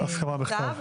הסכמה בכתב.